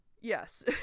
Yes